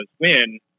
win